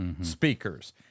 speakers